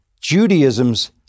Judaism's